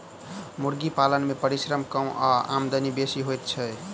मुर्गी पालन मे परिश्रम कम आ आमदनी बेसी होइत छै